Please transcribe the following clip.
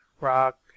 rock